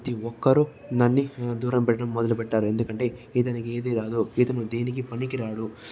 ప్రతి ఒక్కరూ నన్ను దూరం పెట్టడం మొదలు పెట్టారు ఎందుకు అంటే ఇతనికి ఏది రాదు ఇతను దేనికి పనికిరాడు